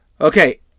Okay